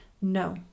no